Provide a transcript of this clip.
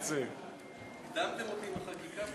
הקדמתם אותי עם החקיקה.